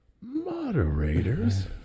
Moderators